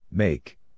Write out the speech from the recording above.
Make